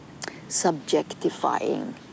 subjectifying